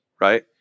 right